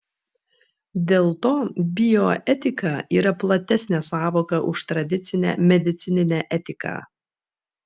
dėl to bioetika yra platesnė sąvoka už tradicinę medicininę etiką